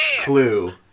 Clue